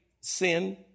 sin